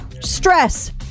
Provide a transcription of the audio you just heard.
stress